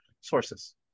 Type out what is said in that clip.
sources